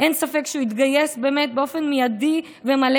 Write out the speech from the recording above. אין ספק שהוא התגייס באופן מיידי ומלא